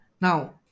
now